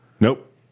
Nope